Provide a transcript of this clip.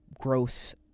growth